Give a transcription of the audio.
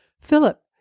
Philip